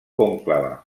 conclave